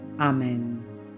Amen